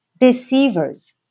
deceivers